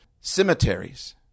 cemeteries